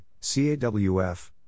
CAWF